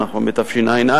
אנחנו בתשע"א,